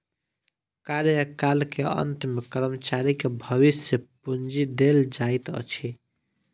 कार्यकाल के अंत में कर्मचारी के भविष्य पूंजी देल जाइत अछि